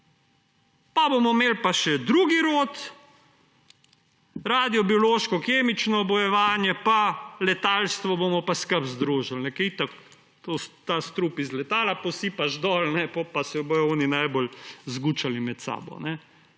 bomo pa še drugi rod, radio, biološko, kemično bojevanje, letalstvo bomo pa skupaj združili, ker itak ta strup iz letala posipaš dol, potem pa se bodo oni najbolj zgučali med samo.